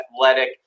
athletic